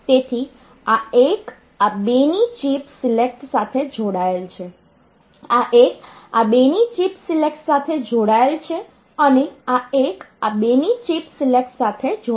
તેથી આ એક આ બેની ચિપ સિલેક્ટ સાથે જોડાયેલ છે આ એક આ બેની ચિપ સિલેક્ટ સાથે જોડાયેલ છે અને આ એક આ બેની ચિપ સિલેક્ટ સાથે જોડાયેલ છે